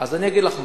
אני אגיד לך משהו.